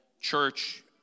church